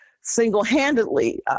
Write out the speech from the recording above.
single-handedly